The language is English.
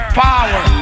power